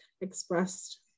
expressed